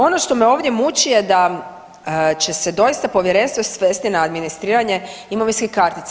Ono što me ovdje muči je da će se doista povjerenstvo svesti na administriranje imovinskih kartica.